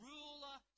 ruler